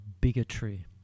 bigotry